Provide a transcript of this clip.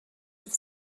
have